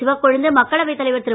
சிவக்கொழுந்து மக்களவைத் தலைவர் திரு